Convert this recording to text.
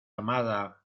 amada